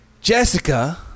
jessica